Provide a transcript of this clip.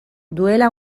duela